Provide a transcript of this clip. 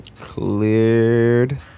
Cleared